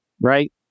right